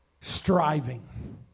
striving